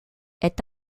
est